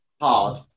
hard